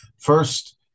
First